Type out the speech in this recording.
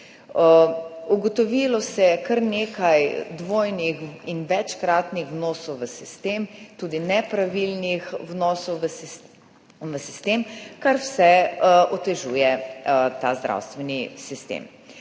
Ugotovilo se je kar nekaj dvojnih in večkratnih vnosov v sistem, tudi nepravilnih vnosov v sistem, kar vse otežuje ta zdravstveni sistem.